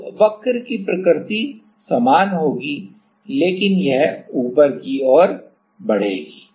तो वक्र की प्रकृति समान होगी लेकिन यह ऊपर की ओर ओर बढ़ेगी